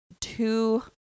two